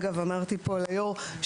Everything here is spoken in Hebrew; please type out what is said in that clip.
אגב אמרתי פה ליו"ר,